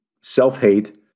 self-hate